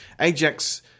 Ajax